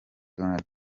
donald